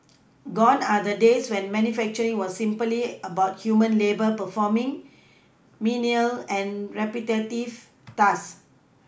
gone are the days when manufacturing was simply about human labour performing menial and repetitive tasks